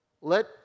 let